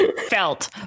Felt